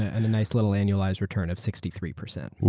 and a nice little annualized return of sixty three percent.